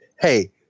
Hey